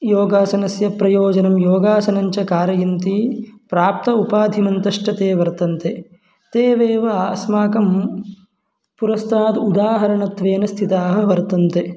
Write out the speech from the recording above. योगासनस्य प्रयोजनं योगासनं च कारयन्ति प्राप्तः उपाधिमन्तश्च ते वर्तन्ते तेवेव अस्माकं पुरस्ताद् उदाहरणत्वेन स्तिताः वर्तन्ते